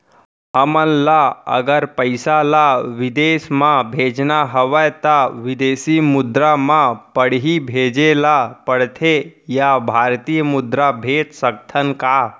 हमन ला अगर पइसा ला विदेश म भेजना हवय त विदेशी मुद्रा म पड़ही भेजे ला पड़थे या भारतीय मुद्रा भेज सकथन का?